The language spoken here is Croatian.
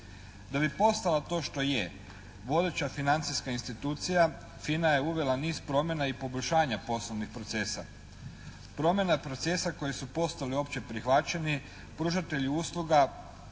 Da bi postala to što je, vodeća financijska institucija FINA je uvela niz promjena i poboljšanja poslovnih procesa. Promjena procesa koji su postali općeprihvaćeni pružatelji usluga